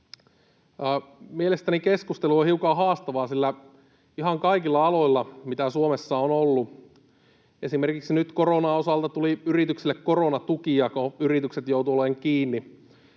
Mielestäni keskustelu on hiukan haastavaa, sillä ihan kaikilla aloilla, mitä Suomessa on ollut esimerkiksi koronan osalta tuli yrityksille koronatukia, kun yritykset joutuivat olemaan kiinni.